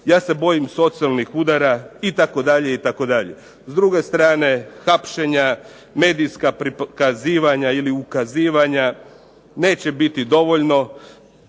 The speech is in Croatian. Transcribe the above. Ja se bojim socijalnih udara itd., itd. S druge strane hapšenja, medijska prikazivanja ili ukazivanja neće biti dovoljno